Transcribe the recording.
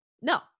No